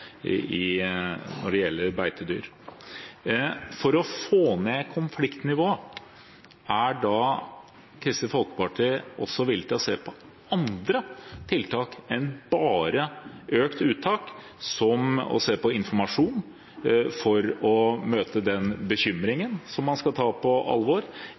tap når det gjelder beitedyr. For å få ned konfliktnivået er Kristelig Folkeparti også villig til å se på andre tiltak enn bare økt uttak, som f.eks. informasjon for å møte den bekymringen, som man skal ta på alvor,